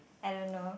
I don't know